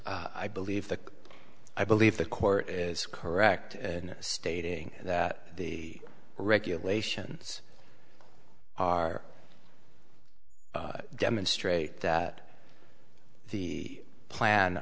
you i believe that i believe the court is correct in stating that the regulations are demonstrate that the plan